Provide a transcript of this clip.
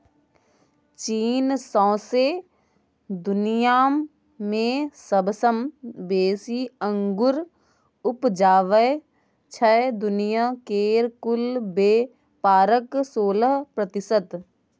चीन सौंसे दुनियाँ मे सबसँ बेसी अंगुर उपजाबै छै दुनिया केर कुल बेपारक सोलह प्रतिशत